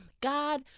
God